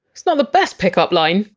not the best pick-up line,